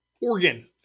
Oregon